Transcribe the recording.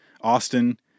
Austin